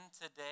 today